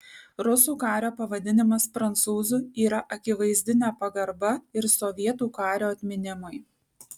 rusų kario pavadinimas prancūzu yra akivaizdi nepagarba ir sovietų kario atminimui